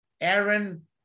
Aaron